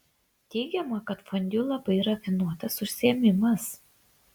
teigiama kad fondiu labai rafinuotas užsiėmimas